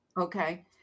Okay